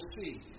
see